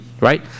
Right